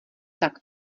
tak